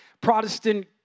Protestant